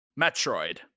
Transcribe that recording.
metroid